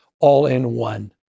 all-in-one